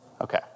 Okay